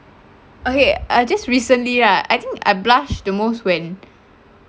okay uh just recently right I think I blushed the most when